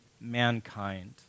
mankind